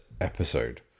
episode